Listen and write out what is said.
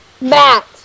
Matt